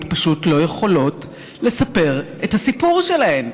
פשוט לא יכולות לספר את הסיפור שלהן.